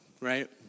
Right